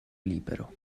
libero